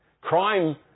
Crime